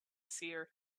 seer